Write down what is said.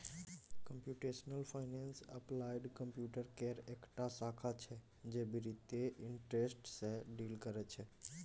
computational finance applied computer केर एकटा शाखा छै जे बित्तीय इंटरेस्ट सँ डील करय छै